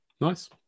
nice